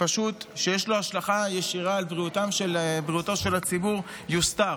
שיש לו השלכה ישירה על בריאותו של הציבור, יוסתר.